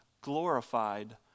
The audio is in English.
glorified